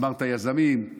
אמרת יזמים,